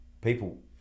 people